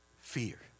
fear